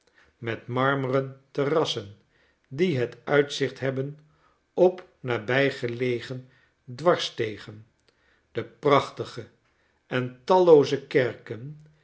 met marmeren terrassen die het uitzicht hebben op nabijgelegen dwarsstegen de prachtige en tallooze kerken